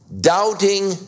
doubting